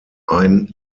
ein